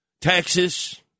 Texas